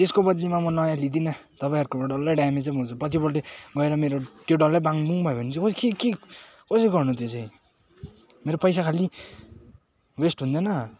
त्यसको बद्लीमा म नयाँ लिदिनँ तपाईँहरूकोबाट डल्लै ड्यामेजै पाउँछ पछिपट्टि गएर मेरो त्यो डल्लै बाङबुङ भयो भने चाहिँ के के कसरी गर्नु त्यो चाहिँ मेरो पैसा खालि वेस्ट हुँदैन